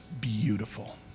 beautiful